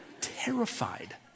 Terrified